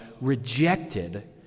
rejected